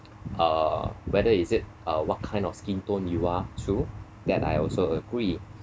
uh whether is it uh what kind of skin tone you are true that I also agree